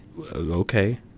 Okay